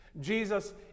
Jesus